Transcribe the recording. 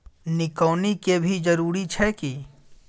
निकौनी के भी जरूरी छै की?